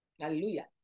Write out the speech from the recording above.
Hallelujah